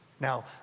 Now